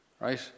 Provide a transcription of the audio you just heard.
Right